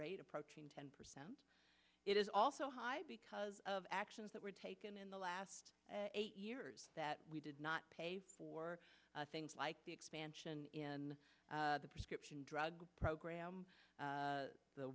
rate approaching ten percent it is also high because of actions that were taken in the last eight years that we did not pay for things like the expansion in the prescription drug program